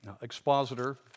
expositor